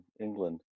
England